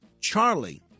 Charlie